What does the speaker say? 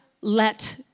let